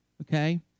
okay